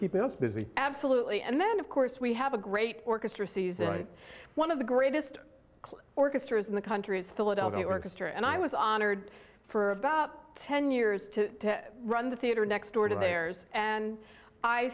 keeping us busy absolutely and then of course we have a great orchestra season one of the greatest orchestras in the country is the philadelphia orchestra and i was honored for about ten years to run the theater next door to theirs and i